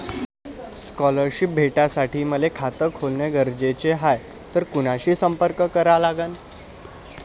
Scholarship भेटासाठी मले खात खोलने गरजेचे हाय तर कुणाशी संपर्क करा लागन?